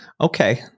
Okay